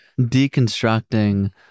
deconstructing